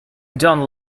don’t